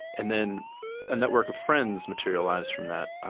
and then a network of friends materialized from that